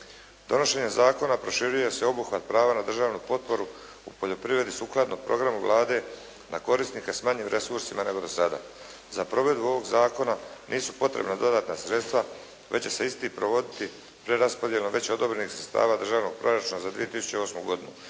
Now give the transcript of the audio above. Donošenjem zakona proširuje se obuhvat prava na državnu potporu u poljoprivredu sukladno programu Vlade na korisnika s manjim resursima nego do sada. Za provedbu ovog zakona nisu potrebna dodatna sredstva već će se isti provoditi preraspodjelom već odobrenih sredstava državnog proračuna za 2008. godinu